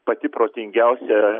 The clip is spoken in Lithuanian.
pati protingiausia